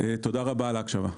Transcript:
תודה רבה על ההקשבה.